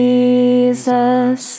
Jesus